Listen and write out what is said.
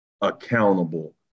accountable